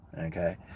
okay